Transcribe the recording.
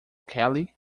kelly